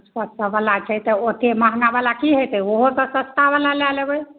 छओ सए बला छै तऽ ओतेक महँगा बला की होयतै ओहोसँ सस्ता बला लए लेबै